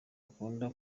akunda